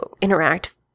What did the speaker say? interact